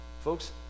Folks